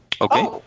Okay